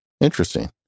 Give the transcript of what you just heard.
interesting